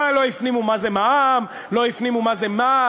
מה, לא הפנימו מה זה מע"מ, לא הפנימו מה זה מס?